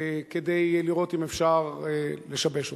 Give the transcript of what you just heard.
כדי לראות אם אפשר לשבש אותן.